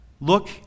look